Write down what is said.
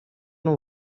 know